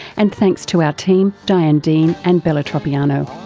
and thanks to our team diane dean and bella troppiano.